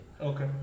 Okay